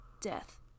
death